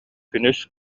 күнүс